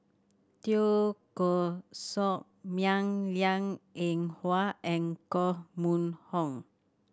Teo Koh Sock Miang Liang Eng Hwa and Koh Mun Hong